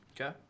Okay